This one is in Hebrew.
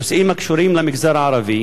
נושאים הקשורים למגזר הערבי,